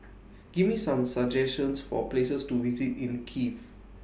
Give Me Some suggestions For Places to visit in Kiev